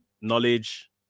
knowledge